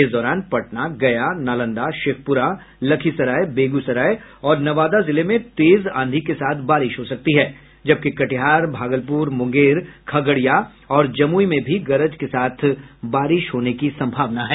इस दौरान पटना गया नालंदा शेखपुरा लखीसराय बेगूसराय और नवादा जिले में तेज आंधी के साथ बारिश हो सकती है जबकि कटिहार भागलपुर मुंगेर खगड़िया और जमुई में भी गरज के साथ बारिश होने की संभावना है